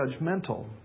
judgmental